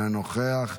אינו נוכח,